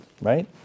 right